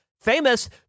Famous